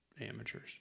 amateurs